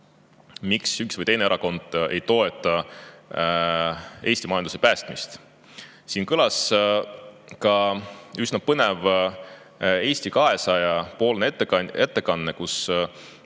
miks üks või teine erakond ei toeta Eesti majanduse päästmist. Siin kõlas ka üsna põnev Eesti 200 [esindaja] ettekanne.